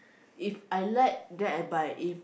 If I like then I buy if